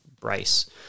Bryce